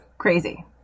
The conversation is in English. Crazy